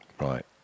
Right